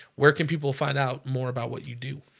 where can people find out more about what you do?